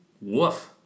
Woof